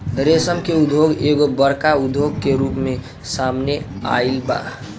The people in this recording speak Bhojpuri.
रेशम के उद्योग एगो बड़का उद्योग के रूप में सामने आइल बा